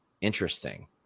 Interesting